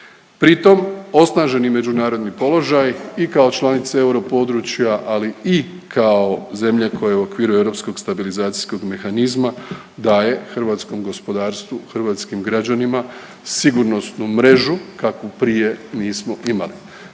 Pritom osnaženi međunarodni položaj i kao članice europodručja, ali i kao zemlje koja je u okviru Europskog stabilizacijskog mehanizma daje hrvatskom gospodarstvu i hrvatskim građanima sigurnosnu mrežu kakvu prije nismo imali.